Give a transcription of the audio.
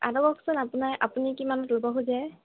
কওকচোন আপোনাৰ আপুনি কিমানত ল'ব খোজে